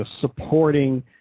supporting